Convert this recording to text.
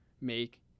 make